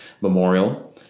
Memorial